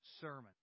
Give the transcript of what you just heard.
sermon